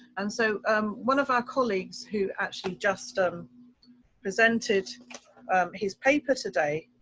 and so um one of our colleagues who actually just ah presented his paper today,